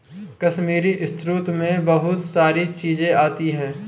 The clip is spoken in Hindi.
कश्मीरी स्रोत मैं बहुत सारी चीजें आती है